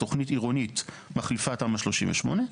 תוכנית עירונית מחליפת תמ"א 38,